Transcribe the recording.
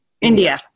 India